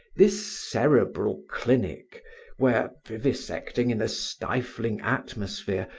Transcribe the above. this cerebral clinic where, vivisecting in a stifling atmosphere,